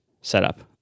setup